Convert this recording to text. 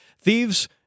thieves